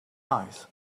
eyes